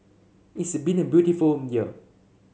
it's been a beautiful year